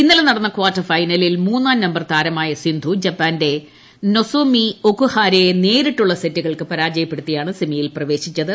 ഇന്നലെ നടന്ന കാർട്ടർ ഫൈനലിൽ മൂന്നാം നമ്പർ താരമായി സിന്ധു ജപ്പാന്റെ നൊസോമി ഒക്കുഹാരയെ നേരിട്ടുള്ള സെറ്റുകൾക്ക് പരാജയപ്പെടുത്തിയാണ് സെമിയിൽ പ്രവേശിച്ചത്